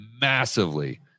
massively